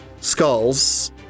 skulls